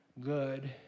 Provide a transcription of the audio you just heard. good